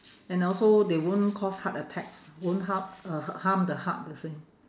and also they won't cause heart attacks won't harm uh h~ harm the heart you see